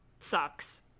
Sucks